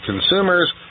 consumers